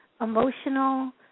emotional